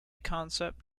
concept